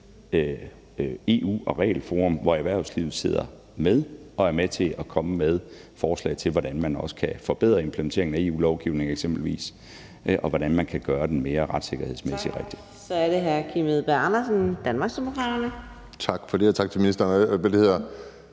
EU- og regelforum, hvor erhvervslivet sidder med og er med til at komme med forslag til, hvordan man også kan forbedre implenteringen af EU-lovgivning eksempelvis, og hvordan man kan gøre den mere retssikkerhedsmæssig rigtig. Kl. 19:09 Fjerde næstformand (Karina Adsbøl): Tak. Så er det hr. Kim Edberg Andersen,